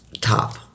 Top